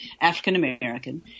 African-American